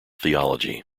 theology